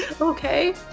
Okay